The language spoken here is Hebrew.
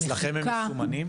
אצלכם הם מסומנים?